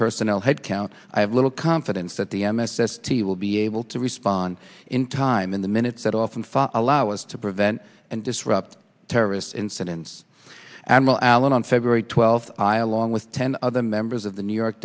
personnel headcount i have little confidence that the m s s t will be able to respond in time in the minutes that often allow us to prevent and disrupt terrorist incidents admiral allen on february twelfth i along with ten other members of the new york